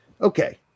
okay